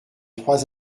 trois